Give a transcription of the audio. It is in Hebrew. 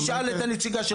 לא נכון, תשאל את הנציגה שלך.